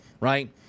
right